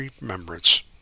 remembrance